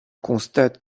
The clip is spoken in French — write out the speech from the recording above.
constate